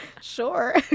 Sure